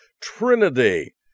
Trinity